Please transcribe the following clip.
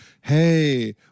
hey